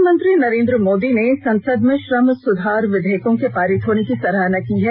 प्रधानमंत्री नरेन्द्र मोदी ने संसद में श्रम सुधार विधेयकों के पारित होने की सराहना की है